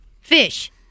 Fish